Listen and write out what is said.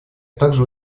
также